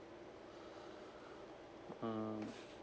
mm